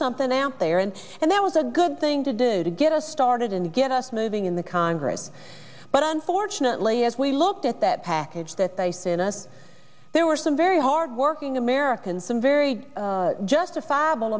something out there and and that was a good thing to do to get us started and get us moving in the congress but unfortunately as we looked at that package that they sent us there were some very hardworking americans some very justifiable